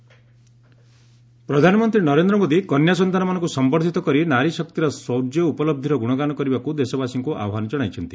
ମନ୍ କୀ ବାତ୍ ପ୍ରଧାନମନ୍ତ୍ରୀ ନରେନ୍ଦ୍ର ମୋଦି କନ୍ୟାସନ୍ତାନମାନଙ୍କୁ ସମ୍ଭର୍ଦ୍ଧିତ କରି ନାରୀ ଶକ୍ତିର ଶୌର୍ଯ୍ୟ ଓ ଉପଲହ୍ବର ଗୁଣଗାନ କରିବାକୁ ଦେଶବାସୀଙ୍କୁ ଆହ୍ୱାନ ଜଣାଇଛନ୍ତି